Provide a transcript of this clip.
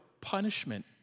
punishment